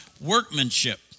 workmanship